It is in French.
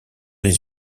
les